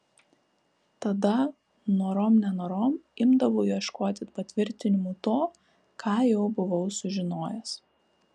tada norom nenorom imdavau ieškoti patvirtinimų to ką jau buvau sužinojęs